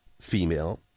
female